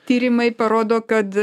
tyrimai parodo kad